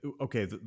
okay